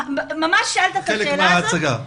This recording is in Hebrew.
תודה.